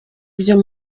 byo